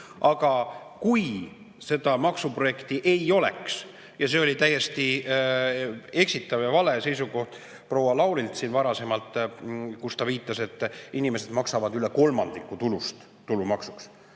Aga kui seda maksuprojekti ei oleks? Ja see oli täiesti eksitav ja vale seisukoht proua Laurilt siin varasemalt, kui ta viitas, et inimesed maksavad üle kolmandiku tulust tulumaksu.